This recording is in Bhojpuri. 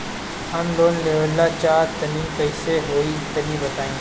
हम लोन लेवल चाह तनि कइसे होई तानि बताईं?